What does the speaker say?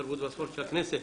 התרבות והספורט של הכנסת,